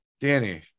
Danny